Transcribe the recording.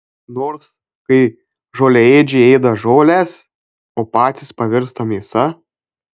nors kai žolėdžiai ėda žoles o patys pavirsta mėsa